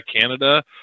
canada